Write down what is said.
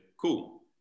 cool